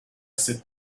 sit